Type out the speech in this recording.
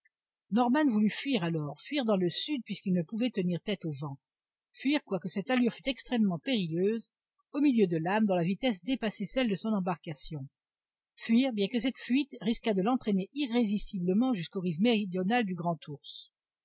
norman voulut fuir alors fuir dans le sud puisqu'il ne pouvait tenir tête au vent fuir quoique cette allure fût extrêmement périlleuse au milieu de lames dont la vitesse dépassait celle de son embarcation fuir bien que cette fuite risquât de l'entraîner irrésistiblement jusqu'aux rives méridionales du